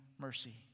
mercy